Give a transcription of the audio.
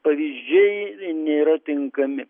pavyzdžiai nėra tinkami